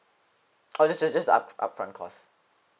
oh just just just the up upfront cost